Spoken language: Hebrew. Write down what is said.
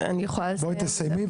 אני יכולה לסיים?